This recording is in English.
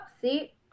see